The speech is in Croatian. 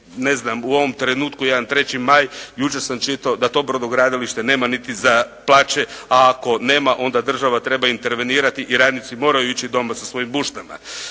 u ovom trenutku jedan "Treći maj", jučer sam čitao da to brodogradilište nema niti za plaće, a ako nema onda država treba intervenirati i radnici moraju ići doma sa svojim buštrama.